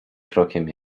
krokiem